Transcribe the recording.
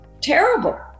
terrible